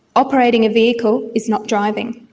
operating a vehicle is not driving.